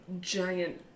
giant